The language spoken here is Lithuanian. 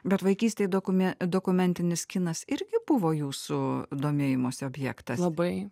bet vaikystėj dokume dokumentinis kinas irgi buvo jūsų domėjimosi objektas labai